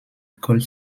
cult